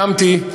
הקמתי,